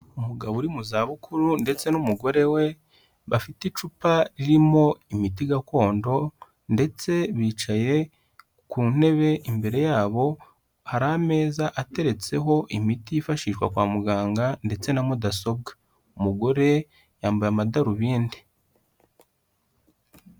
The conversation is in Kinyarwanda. Umugabo uri mu zabukuru ndetse n'umugore we bafite icupa ririmo imiti gakondo ndetse bicaye ku ntebe, imbere yabo hari ameza ateretseho imiti yifashishwa kwa muganga ndetse na mudasobwa, umugore yambaye amadarubindi.